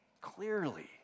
clearly